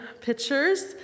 pictures